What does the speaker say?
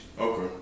Okay